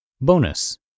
Bonus